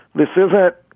this is it.